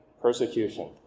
persecution